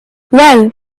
well